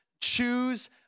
choose